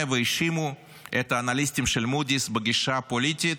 והאשימו את האנליסטים של מודי'ס בגישה פוליטית,